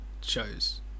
shows